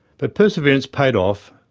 but perseverance paid off,